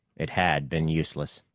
it had been useless.